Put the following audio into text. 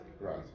Right